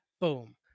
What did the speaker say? boom